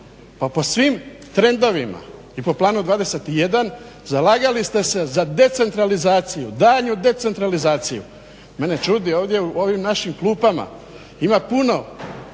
Pa po svim trendovima i po Planu 21 zalagali ste se za decentralizaciju, daljnju decentralizaciju. Mene čudi ovdje u ovim našim klupama ima puno